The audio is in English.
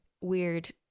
weird